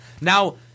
Now